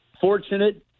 fortunate